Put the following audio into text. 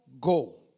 go